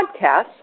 podcast